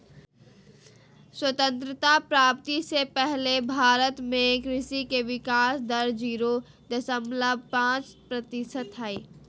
स्वतंत्रता प्राप्ति से पहले भारत में कृषि के विकाश दर जीरो दशमलव पांच प्रतिशत हई